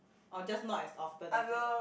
or just not as often is it